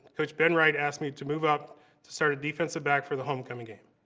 coach ben wright asked me to move up to start at defensive back for the homecoming game.